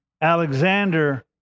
Alexander